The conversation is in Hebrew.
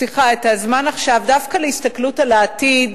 הזמן עכשיו דווקא להסתכלות על העתיד,